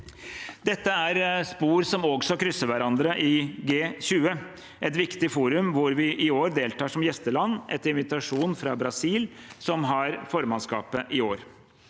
Dette er spor som også krysser hverandre i G20, et viktig forum hvor vi i år deltar som gjesteland etter invitasjon fra Brasil, som har formannskapet i år.